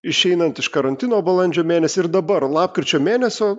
išeinant iš karantino balandžio mėnesį ir dabar lapkričio mėnesio